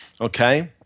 okay